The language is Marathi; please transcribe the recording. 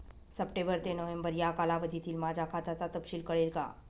सप्टेंबर ते नोव्हेंबर या कालावधीतील माझ्या खात्याचा तपशील कळेल का?